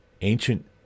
ancient